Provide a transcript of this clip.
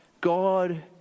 God